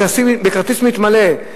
בכרטיס מתמלא,